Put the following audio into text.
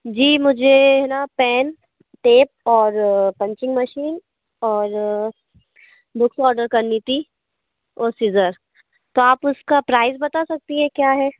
जी मुझे ना pen tape और पंचिंग मशीन और बुक्स ऑर्डर करनी थी और सिज़र तो आप उसका प्राइस बता सकती हैं क्या है